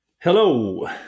Hello